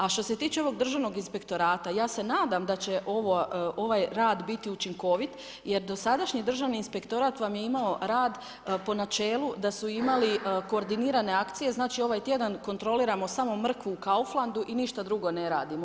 A što se tiče ovog Državnog inspektorata, ja se nadam da će ovaj rad biti učinkovit, jer dosadašnji Državni inspektorat vam je imao rad po načelu, da su imali korigirane akcije, znači ovaj tjedan kontroliramo samo mrkvu u Kauflandu i ništa drugo ne radimo.